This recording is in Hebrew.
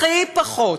הכי פחות.